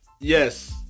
yes